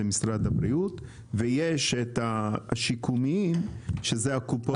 משרד הבריאות ויש את השיקומיים שזה הקופות.